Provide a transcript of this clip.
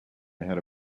ahead